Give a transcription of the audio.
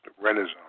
Renaissance